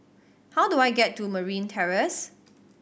how do I get to Marine Terrace